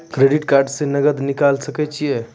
Credit card से नगद निकाल सके छी?